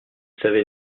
savez